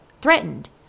threatened